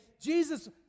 Jesus